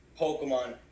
Pokemon